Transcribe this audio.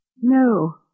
No